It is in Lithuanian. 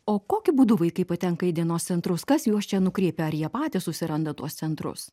o kokiu būdu vaikai patenka į dienos centrus kas juos čia nukreipia ar jie patys susiranda tuos centrus